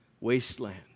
wasteland